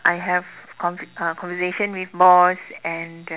I have conve~ conversation with boss and